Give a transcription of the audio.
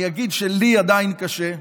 אני אגיד שלי עדיין קשה,